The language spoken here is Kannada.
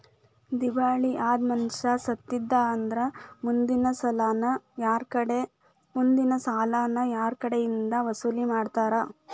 ದಿವಾಳಿ ಅದ್ ಮನಷಾ ಸತ್ತಿದ್ದಾ ಅಂದ್ರ ಮುಂದಿನ್ ಸಾಲಾನ ಯಾರ್ಕಡೆಇಂದಾ ವಸೂಲಿಮಾಡ್ತಾರ?